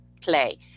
play